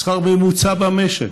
לשכר ממוצע במשק.